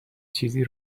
چیزی